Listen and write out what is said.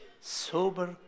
Sober